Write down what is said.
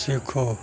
सीखो